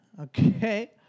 okay